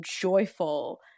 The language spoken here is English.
joyful